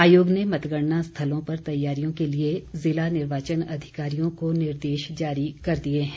आयोग ने मतगणना स्थलों पर तैयारियों के लिए जिला निर्वाचन अधिकारियों को निर्देश जारी कर दिये हैं